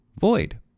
void